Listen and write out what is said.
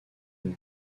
une